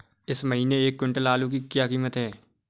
इस महीने एक क्विंटल आलू की क्या कीमत है?